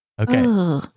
okay